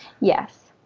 yes